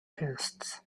guests